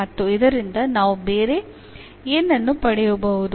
ಮತ್ತು ಇದರಿಂದ ನಾವು ಬೇರೆ ಏನನ್ನು ಪಡೆಯಬಹುದು